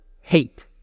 hate